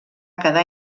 quedar